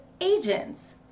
agents